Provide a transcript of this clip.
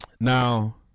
now